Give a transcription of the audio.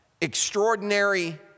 extraordinary